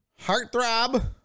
heartthrob